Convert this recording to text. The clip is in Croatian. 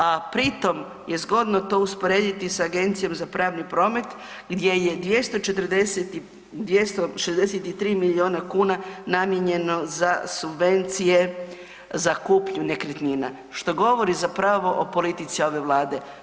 A pri tom je zgodno to usporediti sa Agencijom za pravni promet gdje je 263 milijuna kuna namijenjeno za subvencije za kupnju nekretnina, što govori zapravo o politici ove vlade.